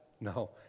no